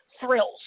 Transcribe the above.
thrills